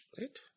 Right